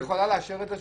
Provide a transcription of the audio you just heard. היא יכולה לאשר את זה?